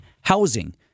housing